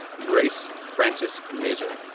grace frances mazur,